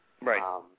Right